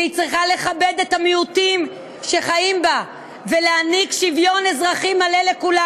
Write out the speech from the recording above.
והיא צריכה לכבד את המיעוטים שחיים בה ולהעניק שוויון אזרחי מלא לכולם.